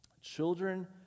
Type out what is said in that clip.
Children